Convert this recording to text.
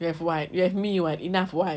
you have [what] you have me [what] enough [what]